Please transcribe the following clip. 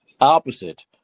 opposite